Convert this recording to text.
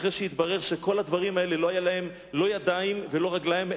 אחרי שהתברר שכל הדברים האלה לה היו להם לא ידיים ולא רגליים,